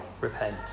repent